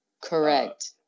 Correct